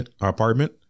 apartment